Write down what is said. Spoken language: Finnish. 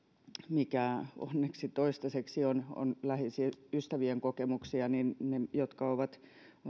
mikä onneksi toistaiseksi on on läheisien ystävien kokemuksia on se että ne jotka ovat